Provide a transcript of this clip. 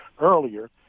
earlier